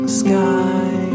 sky